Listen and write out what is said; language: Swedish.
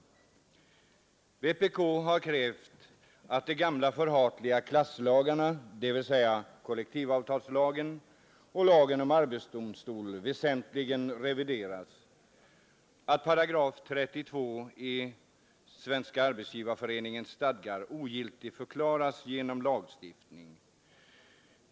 Vpk har krävt att de gamla förhatliga klasslagarna, dvs. kollektivavtalslagen och lagen om arbetsdomstol, väsentligen revideras, att § 32 i Svenska arbetsgivareföreningens stadgar ogiltigförklaras genom lagstiftning.